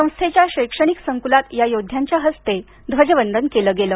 संस्थेच्या शैक्षणिक संकुलात या योद्ध्यांच्या हस्ते ध्वजवंदन केलं गेलं